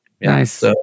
Nice